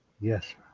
Yes